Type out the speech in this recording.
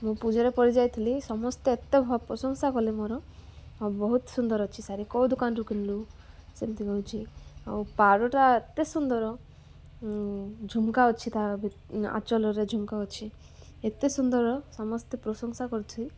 ପୂଜାରେ ପଡ଼ିଯାଇଥିଲି ସମସ୍ତେ ଏତେ ପ୍ରଶଂସା କଲେ ମୋର ଆଉ ବହୁତ ସୁନ୍ଦର ଅଛି ଶାରି କୋଉ ଦୁକାନରୁୁ କିଣିଲୁ ସେମିତି କହୁଛିି ଆଉ ପାଟଟା ଏତେ ସୁନ୍ଦର ଝୁମୁକା ଅଛି ତା ଆଚଲ୍ରେ ଝୁମ୍କା ଅଛି ଏତେ ସୁନ୍ଦର ସମସ୍ତେ ପ୍ରଶଂସା କରୁଛି